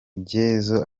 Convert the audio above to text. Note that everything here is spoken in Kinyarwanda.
ibyemezo